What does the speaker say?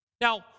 Now